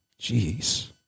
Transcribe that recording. jeez